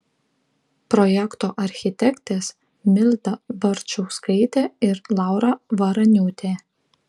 projekto architektės milda barčauskaitė ir laura varaniūtė